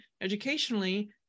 educationally